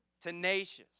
tenacious